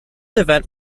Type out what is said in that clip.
event